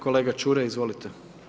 Kolega Čuraj, izvolite.